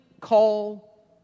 call